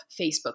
Facebook